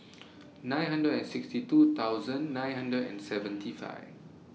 nine hundred and sixty two thousand nine hundred and seventy five